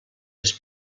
les